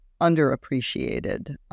underappreciated